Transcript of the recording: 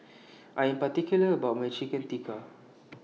I Am particular about My Chicken Tikka